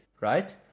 right